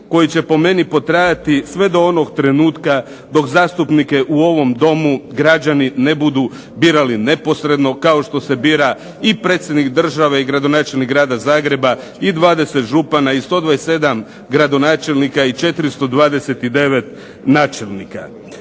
koji će po meni potrajati sve do onog trenutka dok zastupnike u ovom Domu građani ne budu birali neposredno kao što se bira i predsjednik države i gradonačelnik grada Zagreba i 20 župana i 127 gradonačelnika i 429 načelnika.